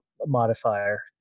modifier